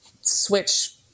switch